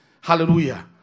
Hallelujah